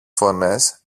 φωνές